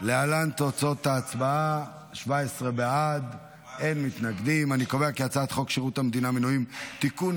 להעביר את הצעת חוק שירות המדינה (מינויים) (תיקון,